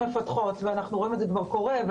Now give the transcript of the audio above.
שמפקחות ואנחנו רואים את זה כבר קורה,